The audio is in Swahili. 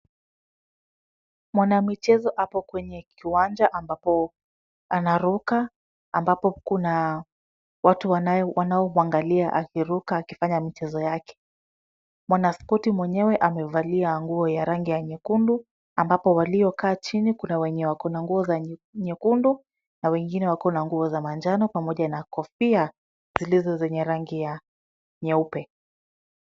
Mwanamchezo ako kwenye kiwanja ambapo anaruka, ambapo kuna watu wanaomwangalia akiruka akifanya michezo yake, mwanaspoti mwenyewe amevalia nguo ya rangi ya nyekundu ambapo waliokaa chini kuna wenye wako na nguo za rangi ya nyekundu na wengine wako na nguo za manjano pamoja na kofia zilizo zenye rangi ya nyeupe .